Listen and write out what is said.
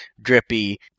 drippy